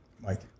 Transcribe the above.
Mike